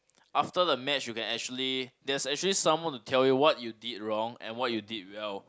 after the match you can actually that's actually someone to tell you what you did wrong and what you did well